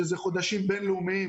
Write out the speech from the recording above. שזה חודשים בינלאומיים.